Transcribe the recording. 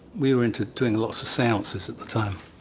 we were into doing lots of seances at the time.